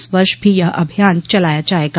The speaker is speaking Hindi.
इस वर्ष भी यह अभियान चलाया जायेगा